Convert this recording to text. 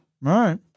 right